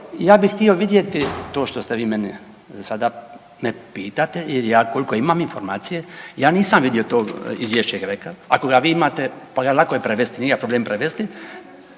Ja bih htio vidjeti to što ste vi meni sada, me pitate jer ja koliko imam informacije, ja nisam vidio to izvješće GRECO-a. Ako ga vi imate, pa lako ga je prevesti, nije ga problem prevesti.